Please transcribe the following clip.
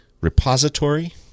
Repository